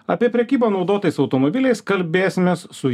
apie prekybą naudotais automobiliais kalbėsimės su